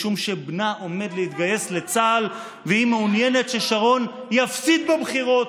משום שבנה עמד להתגייס לצה"ל והייתה מעוניינת ששרון יפסיד בבחירות,